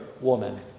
woman